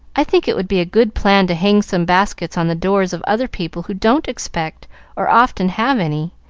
i think it would be a good plan to hang some baskets on the doors of other people who don't expect or often have any.